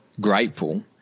grateful